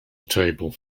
table